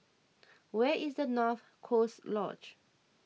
where is North Coast Lodge